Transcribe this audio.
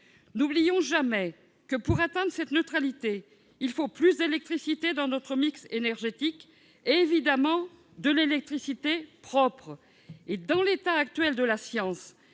l'oublions jamais : pour atteindre cette neutralité, il faut plus d'électricité dans notre mix énergétique et, évidemment, de l'électricité propre. En l'état actuel de la science,